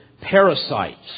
parasites